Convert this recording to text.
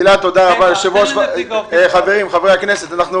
חברי הכנסת,